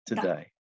Today